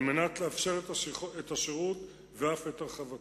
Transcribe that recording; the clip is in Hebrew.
על מנת לאפשר את השירות ואף את הרחבתו.